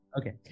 okay